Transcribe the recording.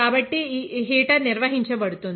కాబట్టి హీటర్ నిర్వహించబడుతుంది